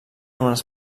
unes